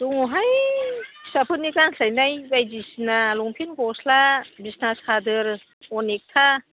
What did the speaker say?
दङहाय फिसाफोरनि गानस्लायनाय बायदिसिना लंपेन्ट गस्ला बिसना सादोर अनेकथा